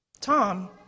Tom